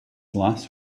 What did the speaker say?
last